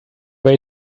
way